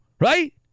right